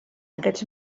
aquests